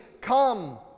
come